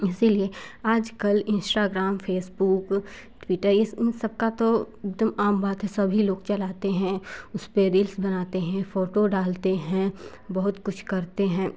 इसीलिए आजकल Instagram Facebook Twitter इस इन सबका तो एकदम आम बात है सभी लोग चलाते है उस पर रील्स बनाते हैं फोटो डालते हैं बहुत कुछ करते हैं